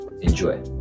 Enjoy